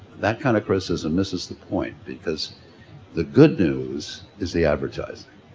that kind of criticism misses the point, because the good news is the advertising.